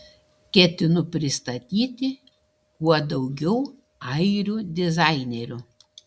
ketinu pristatyti kuo daugiau airių dizainerių